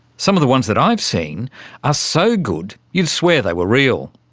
some of the ones that i've seen are so good, you'd swear they were real.